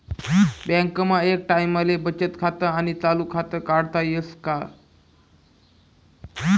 बँकमा एक टाईमले बचत खातं आणि चालू खातं काढता येस का?